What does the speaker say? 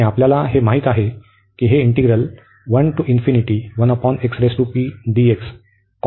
आणि आम्हाला हे माहित आहे की हे इंटिग्रल हे कॉन्व्हर्ज होते